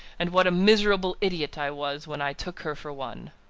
and what a miserable idiot i was when i took her for one!